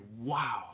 wow